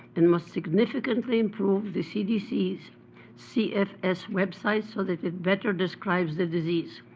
and must significantly improve the cdc's cfs website, so that it better describes the disease.